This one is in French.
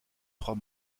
trois